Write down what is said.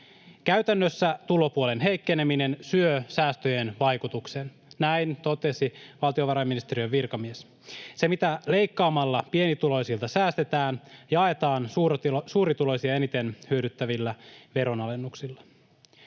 Käytännössä tulopuolen heikkeneminen syö säästöjen vaikutuksen, näin totesi valtiovarainministeriön virkamies. Se, mitä leikkaamalla pienituloisilta säästetään, jaetaan suurituloisia eniten hyödyttävillä veronalennuksilla.